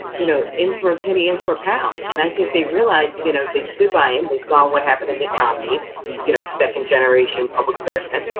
you know, in for a penny, in for a pound. and i think they realized, you know, they stood by him. they saw what happened to mitt romney who's, you know, a second generation public servant.